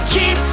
Keep